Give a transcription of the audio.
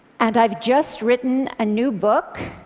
and i've just written a new book,